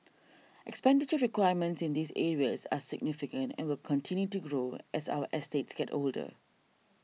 expenditure requirements in these areas are significant and will continue to grow as our estates get older